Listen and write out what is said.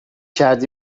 کردی